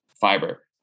fiber